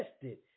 tested